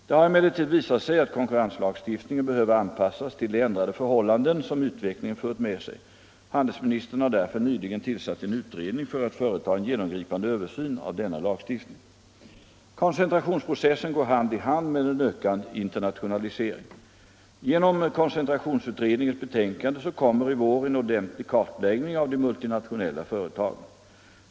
Det har emellertid visat sig att konkurrenslagstiftningen behöver anpassas till de ändrade förhållanden som utvecklingen fört med sig. Handelsministern har därför nyligen tillsatt en utredning för att företa en genomgripande översyn av denna lagstiftning. Koncentrationsprocessen går hand i hand med en ökad internationalisering. Genom koncentrationsutredningens betänkande kommer i vår en ordentlig kartläggning av de multinationella företagen.